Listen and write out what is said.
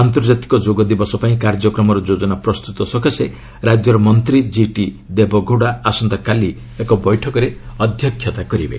ଆନ୍ତର୍ଜାତିକ ଯୋଗ ଦିବସ ପାଇଁ କାର୍ଯ୍ୟକ୍ରମର ଯୋଜନା ପ୍ରସ୍ତୁତ ସକାଶେ ରାଜ୍ୟର ମନ୍ତ୍ରୀ ଜି ଟି ଦେବଗୌଡ଼ା ଆସନ୍ତାକାଲି ଏକ ବୈଠକରେ ଅଧ୍ୟକ୍ଷତା କରିବେ